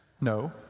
no